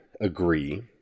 agree